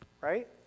right